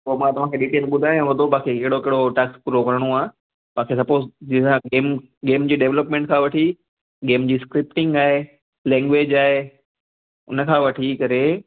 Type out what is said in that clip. पोइ मां तव्हांखे डीटेल ॿुधायांव थो बाक़ी अहिड़ो कहिड़ो टास्क पूरो करिणो आहे बाक़ी सपोज़ जीअं गेमूं गेम जी डेव्लपमेंट खां वठी गेम जी स्क्रिपिटिंग आहे लेंगिवेज आहे उन खां वठी करे